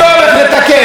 ובכל זאת,